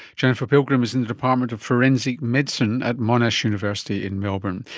jennifer pilgrim is in the department of forensic medicine at monash university in melbourne.